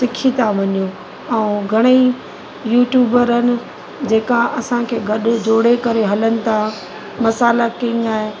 सिखी था वञूं ऐं घणेई यूट्यूबरनि जेका असांखे गॾु जोड़े करे हलनि था मसाल्हा किंग आहे